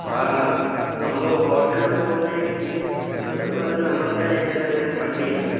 വേണ്ട നമ്മൾ ഹോട്ടലിൽ പോകുന്നതിനെകാട്ടിയും നല്ലതെന്നു പറയുന്നത് നമ്മൾക്കായിട്ടുതന്നെ ഒരു വണ്ടി ഉണ്ട്